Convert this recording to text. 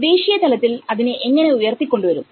ദേശിയ തലത്തിൽ അതിനെ എങ്ങനെ ഉയർത്തി കൊണ്ട് വരും